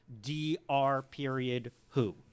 D-R-Period-Who